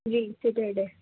جی Saturday